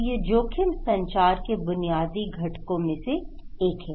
तो यह जोखिम संचार के बुनियादी घटकों में से एक है